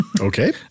Okay